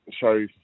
show